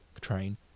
train